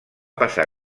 passar